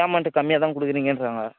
payment கம்மியாக தான் கொடுக்கிறாங்கன்றாங்க